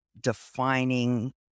defining